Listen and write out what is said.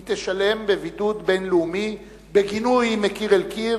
היא תשלם בבידוד בין-לאומי, בגינוי מקיר אל קיר